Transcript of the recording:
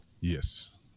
Yes